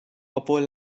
obwohl